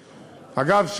אגב,